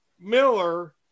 Miller